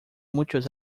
muchos